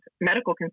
medical